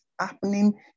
happening